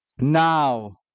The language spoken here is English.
now